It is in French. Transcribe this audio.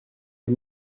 est